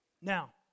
Now